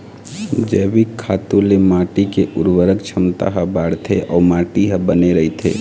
जइविक खातू ले माटी के उरवरक छमता ह बाड़थे अउ माटी ह बने रहिथे